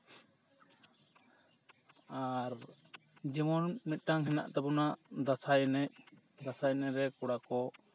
ᱟᱨ ᱡᱮᱢᱚᱱ ᱢᱤᱫᱴᱟᱝ ᱦᱮᱱᱟᱜ ᱛᱟᱵᱚᱱᱟ ᱫᱟᱸᱥᱟᱭ ᱮᱱᱮᱡ ᱫᱟᱸᱥᱟᱭ ᱮᱱᱮᱡ ᱨᱮ ᱠᱚᱲᱟ ᱠᱚ